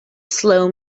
slow